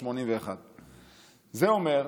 81. זה אומר,